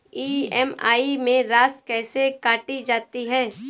EMI में राशि कैसे काटी जाती है?